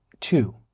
two